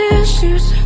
issues